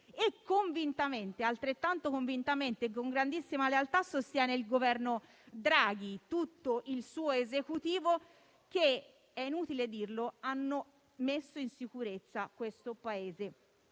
molto difficile. Altrettanto convintamente, con grandissima lealtà, sosteniamo il Governo Draghi e tutto il suo Esecutivo, che - è inutile dirlo - ha messo in sicurezza questo Paese.